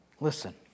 listen